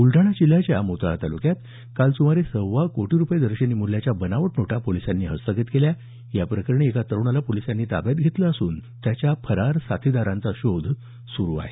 बुलडाणा जिल्ह्याच्या मोताळा तालुक्यात काल सुमारे सव्वा कोटी रुपये दर्शनी मूल्याच्या बनावट नोटा पोलिसांनी हस्तगत केल्या या प्रकरणी एका तरुणाला पोलिसांनी ताब्यात घेतलं असून त्याच्या फरार साथीदारांचा शोध सुरू आहे